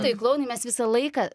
taip klounai mes visą laiką